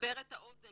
לסבר את האוזן,